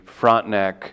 Frontneck